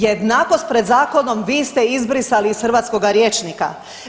Jednakost pred zakonom vi ste izbrisali iz hrvatskoga rječnika.